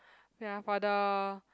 ya for the